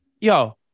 Yo